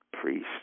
Priest